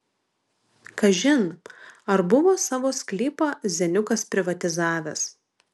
kažin ar buvo savo sklypą zeniukas privatizavęs